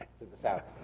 to the south.